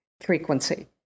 frequency